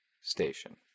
Station